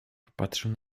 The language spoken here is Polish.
popatrzył